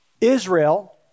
Israel